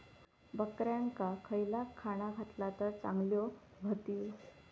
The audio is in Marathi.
बकऱ्यांका खयला खाणा घातला तर चांगल्यो व्हतील?